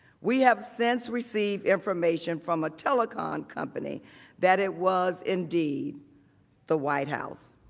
we have since received information from a telecom company that it was indeed the white house.